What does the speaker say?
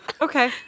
Okay